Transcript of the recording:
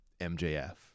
mjf